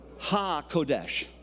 HaKodesh